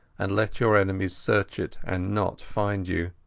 and let your enemies search it and not find you.